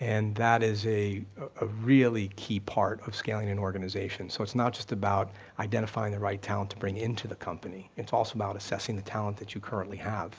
and that is a ah really key part to scaling an organization, so it's not just about identifying the right talent to bring into the company, it's also about assessing the talent that you currently have